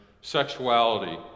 sexuality